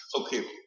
okay